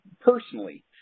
personally